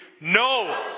No